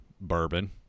bourbon